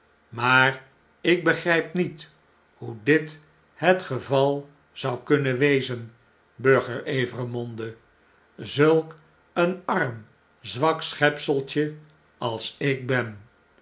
maar ik begrijp niet hoe dit het geval zou kunnen wezen durger evremonde zulk een arm zwak schepseltje als ik ben